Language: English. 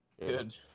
good